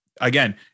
Again